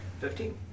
Fifteen